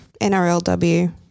NRLW